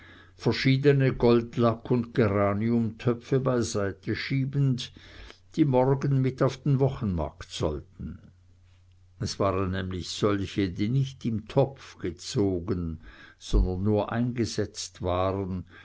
verschiedene goldlack und geraniumtöpfe beiseite schiebend die morgen mit auf den wochenmarkt sollten es waren sämtlich solche die nicht im topf gezogen sondern nur eingesetzt waren